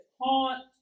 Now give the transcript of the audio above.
haunt